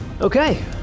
okay